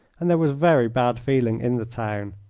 and there was very bad feeling in the town.